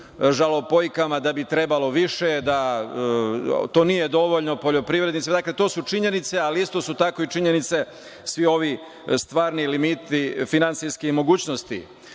žalopojkama da bi trebalo više, da to nije dovoljno poljoprivrednicima. Dakle, to su činjenice, ali su isto tako i činjenice sve ove finansijske mogućnosti. Ono